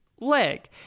leg